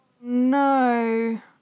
No